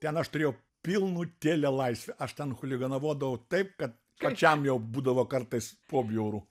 ten aš turėjau pilnutėlę laisvę aš ten chuliganavodavau taip kad pačiam jau būdavo kartais pobjauru